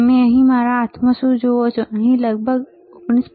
તો તમે અહીં મારા હાથમાં શું જુઓ છોઅહીં લગભગ 19